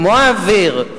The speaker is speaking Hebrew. כמו האוויר,